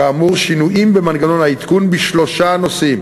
כאמור, שינויים במנגנון העדכון בשלושה נושאים: